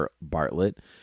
Bartlett